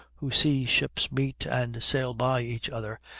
who see ships meet and sail by each other,